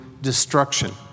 destruction